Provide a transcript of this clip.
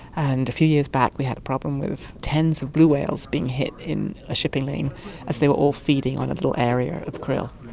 and a few years back we had a problem with tens of blue whales being hit in a shipping lane as they were all feeding on a little area of krill.